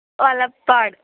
Valappad